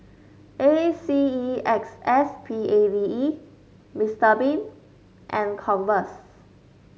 A C E X S P A D E Mr Bean and Converse